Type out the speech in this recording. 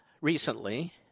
recently